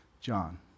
John